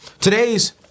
Today's